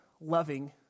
loving